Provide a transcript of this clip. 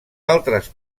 altres